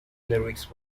lyrics